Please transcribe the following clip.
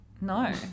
no